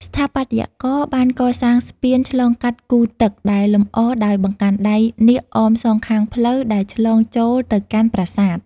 ស្ថាបត្យករបានកសាងស្ពានឆ្លងកាត់គូទឹក ដែលលម្អដោយបង្កាន់ដៃនាគអមសងខាងផ្លូវដែលឆ្លងចូលទៅកាន់ប្រាសាទ។